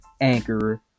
Anchor